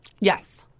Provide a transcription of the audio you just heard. yes